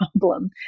problem